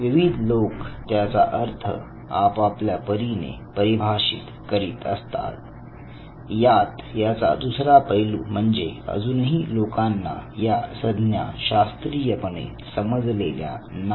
विविध लोक त्याचा अर्थ आपापल्या परीने परिभाषित करीत असतात यात याचा दुसरा पैलू म्हणजे अजूनही लोकांना या सज्ञा शास्त्रीय पणे समजलेल्या नाही